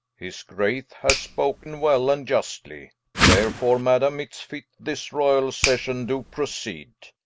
his grace hath spoken well, and iustly therefore madam, it's fit this royall session do proceed,